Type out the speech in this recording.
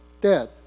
dead